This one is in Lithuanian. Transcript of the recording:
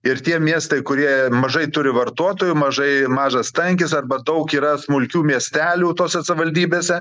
ir tie miestai kurie mažai turi vartotojų mažai mažas tankis arba daug yra smulkių miestelių tose savivaldybėse